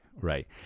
right